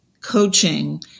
coaching